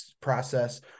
process